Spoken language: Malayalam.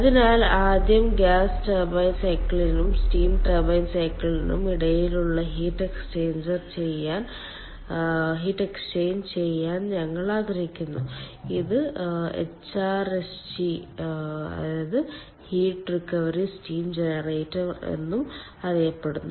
അതിനാൽ ആദ്യം ഗ്യാസ് ടർബൈൻ സൈക്കിളിനും സ്റ്റീം ടർബൈൻ സൈക്കിളിനും ഇടയിലുള്ള ഹീറ്റ് എക്സ്ചേഞ്ചർ ചെയ്യാൻ ഞങ്ങൾ ആഗ്രഹിക്കുന്നു ഇത് HRSG heat recovery steam generator എന്നും അറിയപ്പെടുന്നു